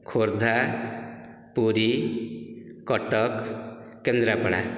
Khordha Puri Cuttack Kendrapara